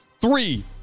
three